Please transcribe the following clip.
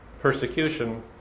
persecution